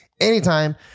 anytime